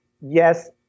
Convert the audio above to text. yes